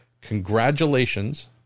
congratulations